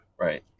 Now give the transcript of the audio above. Right